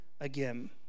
again